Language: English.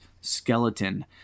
skeleton